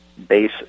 Base